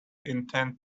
intend